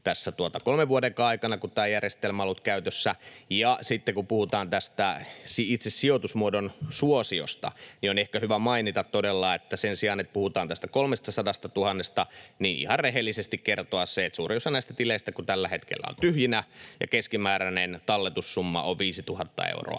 tässä kolmen vuodenkaan aikana, kun tämä järjestelmä on ollut käytössä. Ja sitten, kun puhutaan tästä itse sijoitusmuodon suosiosta, niin on ehkä hyvä todella mainita, että sen sijaan, että puhutaan tästä 300 000:sta, ihan rehellisesti voidaan kertoa, että suurin osa näistä tileistä on tällä hetkellä tyhjinä ja keskimääräinen talletussumma on 5 000 euroa.